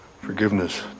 Forgiveness